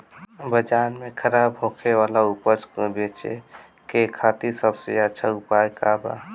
बाजार में खराब होखे वाला उपज को बेचे के खातिर सबसे अच्छा उपाय का बा?